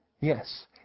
yes